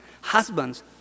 husbands